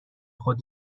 خود